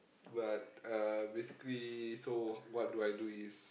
but uh basically so what do I do is